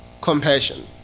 compassion